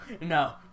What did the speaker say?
no